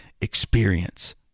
experience